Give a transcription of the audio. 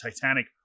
Titanic